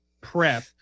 prep